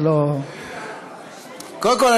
קודם כול,